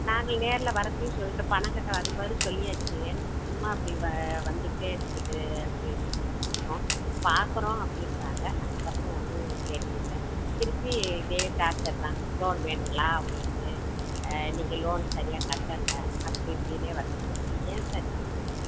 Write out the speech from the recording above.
நாங்கள் நேரில் வரப்போயும் சொல்லிட்டோம் பணம் கட்ட வரும்போது சொல்லியாச்சு ஏன்னு சும்மா இப்படி வ வந்துக்கிட்டே இருக்குது அப்படின்னு சொல்லிகிட்ருக்கோம் பார்க்குறோம் அப்படின்றாங்க அதுக்கப்புறம் ஒன்றும் தெரியிலை திருப்பி இதே டார்ச்சர் தான் லோன் வேணுங்களா உங்களுக்கு நீங்கள் லோன் சரியாக கட்டலை அப்படி இப்படினே வருதுங்க சார் ஏன் சார் இப்படி இருக்குது